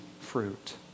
fruit